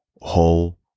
whole